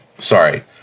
Sorry